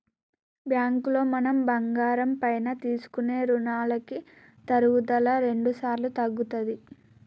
బ్యాంకులో మనం బంగారం పైన తీసుకునే రుణాలకి తరుగుదల రెండుసార్లు తగ్గుతది